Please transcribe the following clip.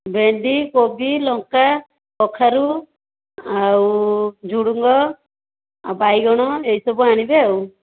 ଭେଣ୍ଡି କୋବି ଲଙ୍କା କଖାରୁ ଆଉ ଝୁଡ଼ଙ୍ଗ ଆଉ ବାଇଗଣ ଏଇସବୁ ଆଣିବେ ଆଉ